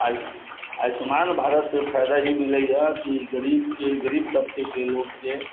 आयुस आयुष्मान भारतसँ फायदा ई मिलैय कि गरीबके गरीब तबकेके लोगके